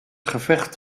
gevecht